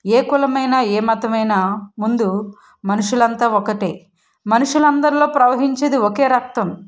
ఏ కులమైనా ఏ మతమైనా ముందు మనుషులు అంతా ఒకటే మనుషులు అందరిలో ప్రవహించేది ఒకే రక్తం